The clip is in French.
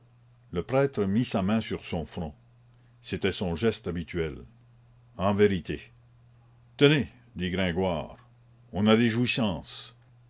le prêtre mit sa main sur son front c'était son geste habituel en vérité tenez dit gringoire on a